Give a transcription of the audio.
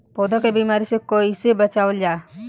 पौधा के बीमारी से कइसे बचावल जा?